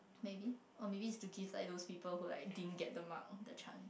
maybe or maybe is to give like those people who like didn't get the mark a chance